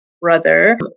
brother